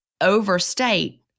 overstate